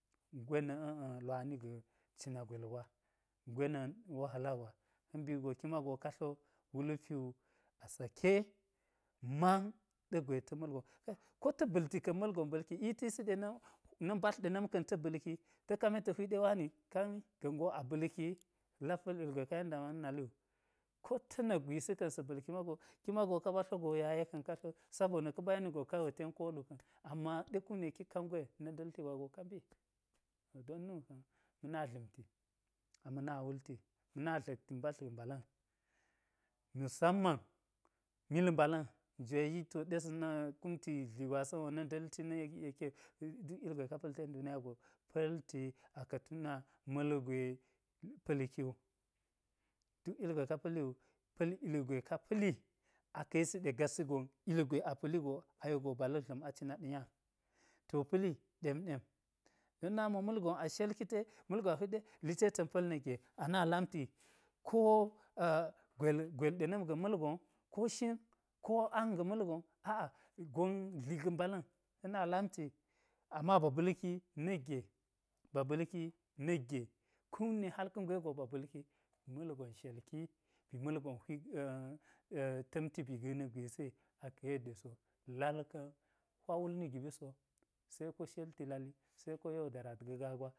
Ngwe na̱ lwani-ga̱ cina gwel gwa, ngwe na̱ wahala gwa, ka̱ mbi wu go ki mago ka tlo wulpi a sake man ɗa̱ gwe ta̱ ma̱lgon, kai ko ta̱ ba̱lti ka̱n ma̱lgon ba̱lki, ita̱ yisi ɗe na̱ mbadl ɗenam ka̱n ta̱ ba̱lki, ta kami yek ta̱ hwik, ɗe wani kami ga̱n go a ba̱lki wi lak pa̱l ugwe ka yen dama na̱ nali wu, kota̱ na̱kgwisi ka̱n sa̱ ba̱lki mago ki mago ka ɓa tlo go yaye ka̱n ka tlo sabona ka̱ɓa yeni go ten koolu ka̱n, amma ɗe kum ɗe kik ka ngwe na nda̱lti gwa go ka mbi, don nu ka̱n ma̱ na dla̱mti a ma̱ na wulti ma̱na dla̱kti mbadl ga̱ mbala̱n, ma̱samman mil mbala̱n jwe, yitot ɗe sa̱ na kumti dli gwasan na̱ nda̱lti na̱k yeke, duk ilgwe ka pa̱li ten duniya go pa̱lti aka̱ tuna ma̱lgwe pa̱l ki wu, duk ugwe ka pali wu pa̱l ugwe ka pa̱li aka̱ yisiɗe gasi gon ugwe a pa̱ligo ayo go ba hik dla̱m a cina ɗa̱ nya, to pa̱li ɗem ɗem. don nami wo ma̱lgon a shelki te, ma̱lgon a hwik ɗe hte ta̱n pa̱l na̱k ge a na lamti ko a- gwel gwel dena̱ m ga̱ ma̱lgon, ko shin ko ang ga̱ ma̱lgon aa gon dli ga̱ mbala̱ni ka̱ na lamti am ba ba̱lki na̱kge, ba ba̱lki na̱k ge, kum ne hal ka̱ ngwe go ba ba̱lki, ba̱ malgon shelki aba̱ ma̱lgo hwik tamtibi ga̱ na̱k gwisi aka̱ yeddeso lal ka̱n hwa wul ni giɓi so, seko shelti lali, seko yaudarat ga̱ gaa gwa